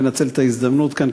לנצל את ההזדמנות כאן,